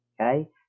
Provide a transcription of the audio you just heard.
okay